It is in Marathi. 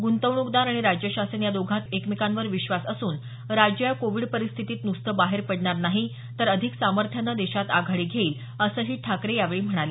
गुंतवणूकदार आणि राज्य शासन या दोघांत एकमेकांवर विश्वास असून राज्य या कोविड परिस्थितीत नुसतं बाहेर पडणार नाही तर अधिक सामर्थ्यानं देशात आघाडी घेईल असंही ठाकरे यावेळी म्हणाले